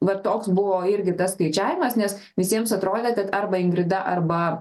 va toks buvo irgi tas skaičiavimas nes visiems atrodė kad arba ingrida arba